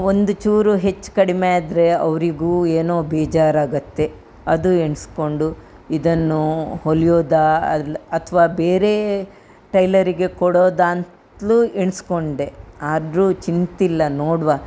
ಒಂದು ಚೂರು ಹೆಚ್ಚು ಕಡಿಮೆ ಆದರೆ ಅವರಿಗೂ ಏನೋ ಬೇಜಾರಾಗುತ್ತೆ ಅದು ಎಣಿಸ್ಕೊಂಡು ಇದನ್ನು ಹೊಲೆಯೋದಾ ಅಲ್ಲಿ ಅಥವಾ ಬೇರೇ ಟೈಲರಿಗೆ ಕೊಡೋದಾ ಅಂತಲೂ ಎಣಿಸ್ಕೊಂಡೆ ಆದರೂ ಚಿಂತಿಲ್ಲ ನೋಡುವ